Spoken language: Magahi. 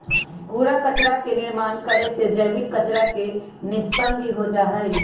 कूड़ा कचरा के निर्माण करे से जैविक कचरा के निष्पन्न भी हो जाहई